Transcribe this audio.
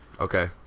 Okay